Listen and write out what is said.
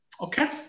Okay